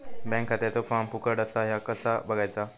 Bank खात्याचो form फुकट असा ह्या कसा बगायचा?